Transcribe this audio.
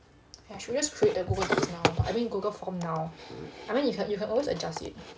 okay I should just create the google docs now but I mean google form now I mean you can always adjust it